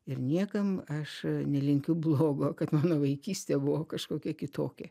ir niekam aš nelinkiu blogo kad mano vaikystė buvo kažkokia kitokia